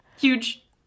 Huge